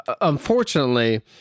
Unfortunately